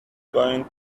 going